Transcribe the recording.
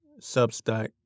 Substack